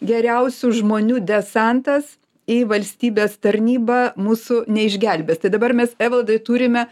geriausių žmonių desantas į valstybės tarnybą mūsų neišgelbės tai dabar mes evaldai turime